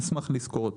אשמח לסקור אותם.